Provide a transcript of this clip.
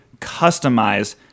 customize